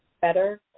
better